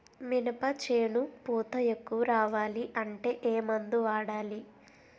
మినప చేను పూత ఎక్కువ రావాలి అంటే ఏమందు వాడాలి?